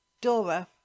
Dora